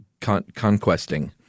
conquesting